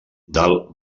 del